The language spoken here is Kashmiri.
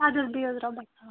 اَدٕ حظ بِہو حظ رۄبس حوالہٕ